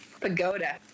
Pagoda